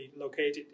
located